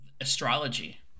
astrology